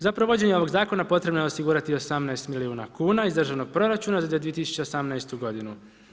Za provođenje ovog Zakona potrebno je osigurati 18 milijuna kuna iz državnog proračuna za 2018. godinu.